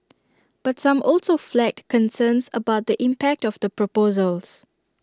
but some also flagged concerns about the impact of the proposals